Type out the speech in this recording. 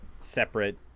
separate